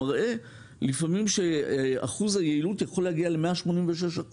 מראה שלפעמים אחוז היעילות יכול להגיע ל-186%,